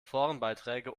forenbeiträge